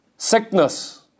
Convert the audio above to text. sickness